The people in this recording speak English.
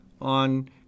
on